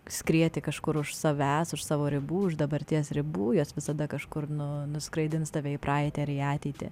skrieti kažkur už savęs už savo ribų už dabarties ribų jos visada kažkur nu nuskraidins tave į praeitį ar į ateitį